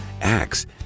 Acts